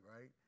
Right